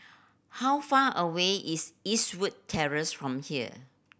how far away is Eastwood Terrace from here